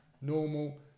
Normal